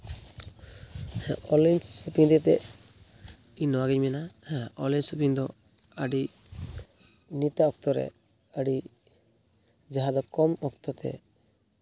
ᱦᱮᱸ online shopping ᱤᱫᱤ ᱠᱟᱛᱮᱜ ᱤᱧ ᱱᱚᱣᱟᱜᱤᱧ ᱢᱮᱱᱟ ᱚᱱᱞᱟᱭᱤᱱ ᱥᱚᱯᱤᱝ ᱫᱚ ᱟᱹᱰᱤ ᱱᱤᱛᱟᱜ ᱚᱠᱛᱚ ᱨᱮ ᱟᱹᱰᱤ ᱡᱟᱦᱟᱸ ᱫᱚ ᱠᱚᱢ ᱚᱠᱛᱚ ᱛᱮ